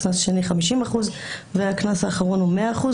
קנס שני הוא 50% והקנס האחרון הוא 100%,